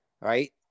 Right